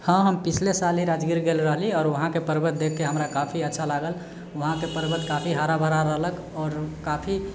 हँ हम पिछले साले राजगीर गेल रहली आओर वहाँके पर्वत देखिके हमरा काफी अच्छा लागल वहाँके पर्वत काफी हरा भरा रहलक आओर काफी